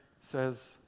says